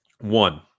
One